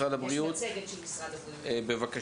יש מצגת של משרד הבריאות בנושא.